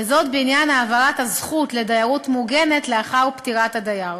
וזה בעניין העברת הזכות לדיירות מוגנת לאחר פטירת הדייר.